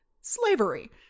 slavery